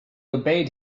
obeyed